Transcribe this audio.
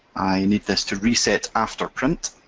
i need this to reset after print,